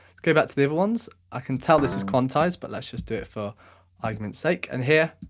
go back to the other ones, i can tell this is quantized but let's just do it for argument's sake. and here,